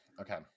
okay